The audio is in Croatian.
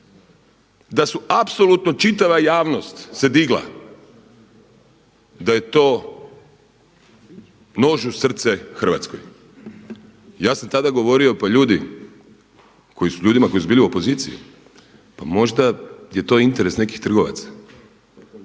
da su apsolutno čitava javnost se digla, da je to nož u srce Hrvatskoj. Ja sam tada govorio pa ljudi, ljudima koji su bili u opoziciji pa možda je to interes nekih trgovaca.